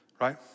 Right